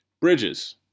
Bridges